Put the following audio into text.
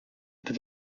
the